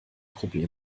probleme